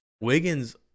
wiggins